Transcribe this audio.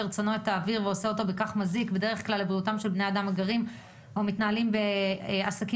האוויר ועושה אותו מזיק לבריאותם של בני אדם הגרים או מתנהלים בסביבה,